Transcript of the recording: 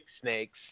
snakes